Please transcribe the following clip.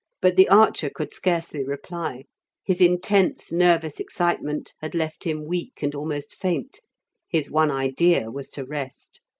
but the archer could scarcely reply his intense nervous excitement had left him weak and almost faint his one idea was to rest.